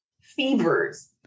fevers